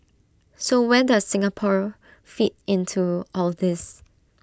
so where does Singapore fit into all this